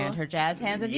and her jazz hands, yeah